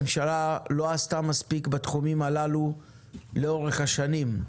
ממשלות ישראל לא עשו מספיק בנושא לאורך השנים.